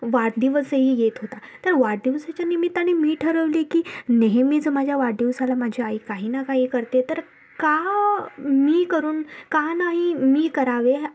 वाढदिवसही येत होता तर वाढदिवसाच्या निमित्ताने मी ठरवले की नेहमीच माझ्या वाढदिवसाला माझी आई काही ना काही करते तर का मी करून का नाही मी करावे